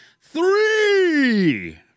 Three